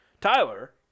Tyler